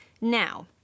Now